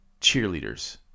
cheerleaders